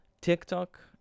tiktok